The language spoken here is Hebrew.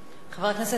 חבר הכנסת והבה,